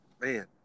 Man